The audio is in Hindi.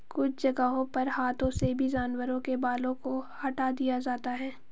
कुछ जगहों पर हाथों से भी जानवरों के बालों को हटा दिया जाता है